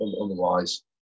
otherwise